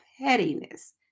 pettiness